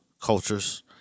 cultures